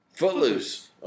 Footloose